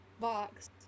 box